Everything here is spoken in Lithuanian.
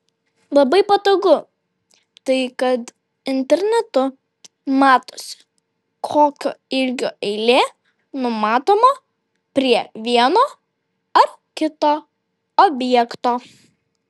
labai patogu tai kad internetu matosi kokio ilgio eilė numatoma prie vieno ar kito objekto